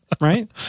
Right